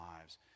lives